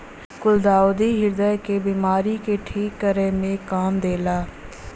गुलदाउदी ह्रदय क बिमारी के ठीक करे में काम देला